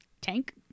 Tank